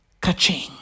ka-ching